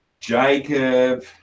Jacob